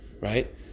right